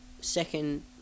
second